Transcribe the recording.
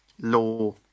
law